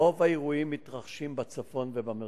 רוב האירועים מתרחשים בצפון ובמרכז.